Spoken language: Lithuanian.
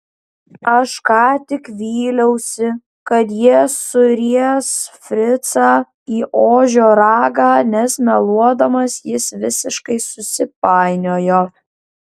aš ką tik vyliausi kad jie suries fricą į ožio ragą nes meluodamas jis visiškai susipainiojo